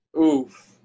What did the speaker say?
Oof